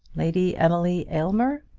lady emily aylmer?